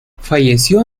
falleció